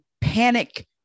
panic